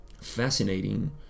fascinating